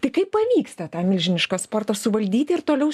tai kaip pavyksta tą milžinišką sportą suvaldyti ir toliau